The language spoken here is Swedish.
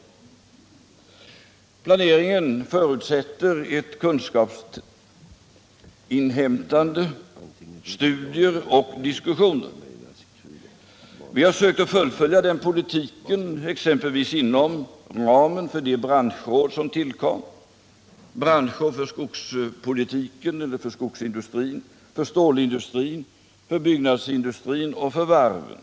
Planering förutsätter ett kunskapsinhämtande, studier och diskussioner. Vi har sökt fullfölja den politiken, exempelvis inom ramen för de branschråd som tillkom — branschråd för skogsindustrin, för stålindustrin, för byggnadsindustrin och för varven.